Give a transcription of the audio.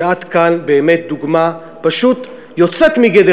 שאת כאן באמת דוגמה פשוט יוצאת מגדר